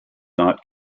not